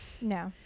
No